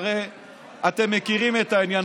אתם מכירים את העניין.